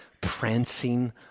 prancing